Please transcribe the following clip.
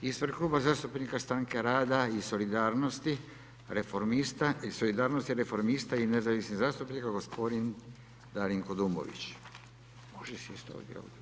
Ispred Kluba zastupnika Stranke rada i solidarnosti, reformista i solidarnosti, reformista i nezavisnih zastupnika gospodin Darinko Dumbović.